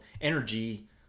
energy